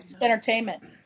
entertainment